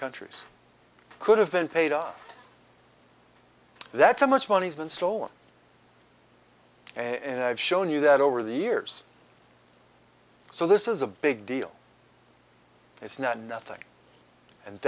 countries could have been paid up that's how much money has been stolen and i've shown you that over the years so this is a big deal it's not nothing and